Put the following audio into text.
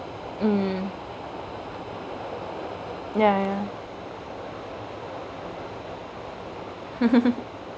mm ya